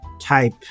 type